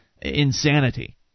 insanity